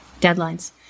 deadlines